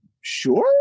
sure